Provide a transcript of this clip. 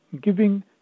giving